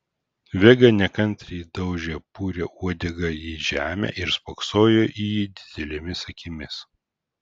vega nekantriai daužė purią uodegą į žemę ir spoksojo į jį didelėmis akimis